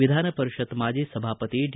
ವಿಧಾನ ಪರಿಷತ್ ಮಾಟಿ ಸಭಾಪತಿ ಡಿ